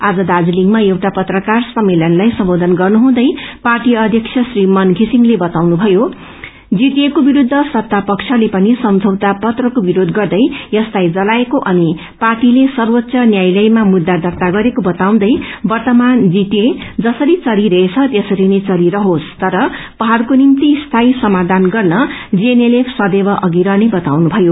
आज दार्जीलिङ्मा एउटा पत्रकार सम्मेलनलाई सम्बोधन गर्न हुँदै पर्टी अध्यक्ष श्री मन षिसिङ्ले बताउनुभयो जीटिए को विरूद्ध सत्तापक्षले पनि सम्झौता पत्रको विरोध गर्दै यससलाई जलाएको अनि पार्टीले सर्वोच्च न्यायलयमा मुद्दा दर्ता गरेको बताउँदै वर्तमान जीटिए जसरी चलिरहेछ त्यसरीनै चलिरहोस तर पहाड़ को निभ्ति स्यायी समायान गर्न जीएनएलएफ सदेव अवि बढ़ने बतउनुभयो